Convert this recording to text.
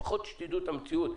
לפחות שתדעו את המציאות.